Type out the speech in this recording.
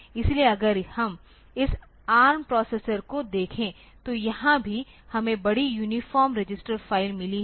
इसलिए अगर हम इस ARM प्रोसेसर को देखें तो यहाँ भी हमें बड़ी यूनिफ़ॉर्म रजिस्टर फाइल मिली है